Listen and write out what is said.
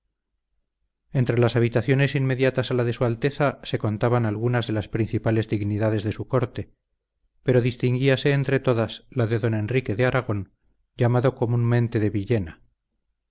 entre las habitaciones inmediatas a la de su alteza se contaban algunas de las principales dignidades de su corte pero distinguíase entre todas la de don enrique de aragón llamado comúnmente de villena